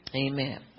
Amen